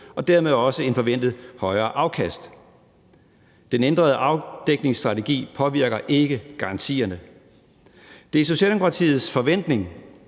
og dermed også et forventet højere afkast. Den ændrede afdækningsstrategi påvirker ikke garantierne. Det er Socialdemokratiets forventning,